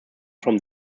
from